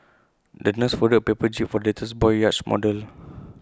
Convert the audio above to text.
the nurse folded A paper jib for the little boy's yacht model